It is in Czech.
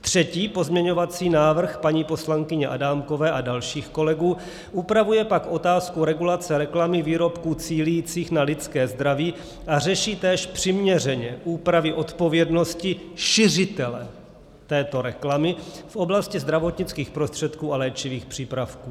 Třetí pozměňovací návrh paní poslankyně Adámkové a dalších kolegů upravuje pak otázku regulace reklamy výrobků cílících na lidské zdraví, a řeší tak přiměřeně úpravy odpovědnosti šiřitele této reklamy v oblasti zdravotnických prostředků a léčivých přípravků.